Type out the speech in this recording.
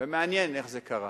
ומעניין איך זה קרה.